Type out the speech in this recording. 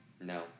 No